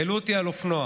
העלו אותי על אופנוע,